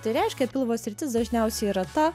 tai reiškia pilvo sritis dažniausiai yra ta